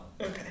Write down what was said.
Okay